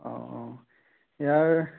অ অ ইয়াৰ